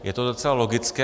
Je to docela logické.